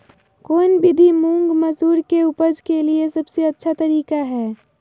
कौन विधि मुंग, मसूर के उपज के लिए सबसे अच्छा तरीका है?